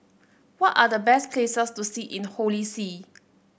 what are the best places to see in Holy See